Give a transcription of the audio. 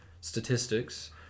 statistics